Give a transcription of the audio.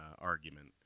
argument